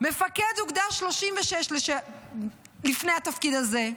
מפקד אוגדה 36 לפני התפקיד הזה,